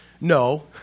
No